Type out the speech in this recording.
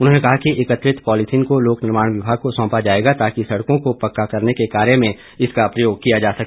उन्होंने कहा कि एकत्रित पॉलीथीन को लोक निर्माण विभाग को सौंपा जाएगा ताकि सड़कों को पक्का करने के कार्य में इसका प्रयोग किया जा सके